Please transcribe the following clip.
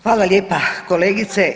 Hvala lijepa kolegice.